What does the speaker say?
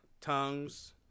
tongues